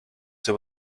sue